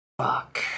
fuck